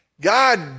God